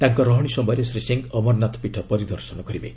ତାଙ୍କ ରହଣି ସମୟରେ ଶ୍ରୀ ସିଂ ଅମରନାଥ ପୀଠ ପରିଦର୍ଶନ କରିବେ